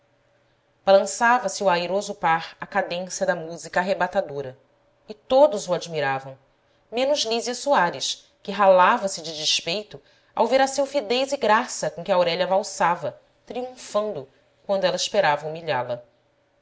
surpre endeu balançava se o airoso par à cadência da música arrebatadora e todos o admiravam menos lísia soares que ralava se de despeito ao ver a silfidez e graça com que aurélia valsava triunfando quando ela esperava humilhá la